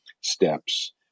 steps